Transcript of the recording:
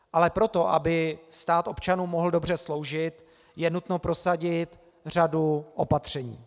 Ale pro to, aby stát občanům mohl dobře sloužit, je nutno prosadit řadu opatření.